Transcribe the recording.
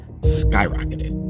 skyrocketed